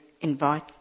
invite